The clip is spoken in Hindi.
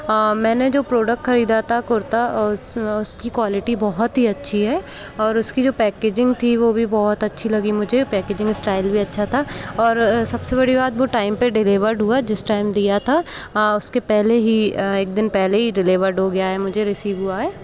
मैंने जो प्रोडक्ट खरीदा था कुर्ता उ उसकी क्वालिटी बहुत ही अच्छी है और उसकी जो पैकेजिंग थी वो भी बहुत अच्छी लगी मुझे पैकेजिंग स्टाइल भी अच्छा था और सबसे बड़ी बात वो टाइम पे डिलिवर्ड हुआ जिस टाइम दिया था उसके पहले ही एक दिन पहले ही डिलिवर्ड हो गया है मुझे रिसीव हुआ है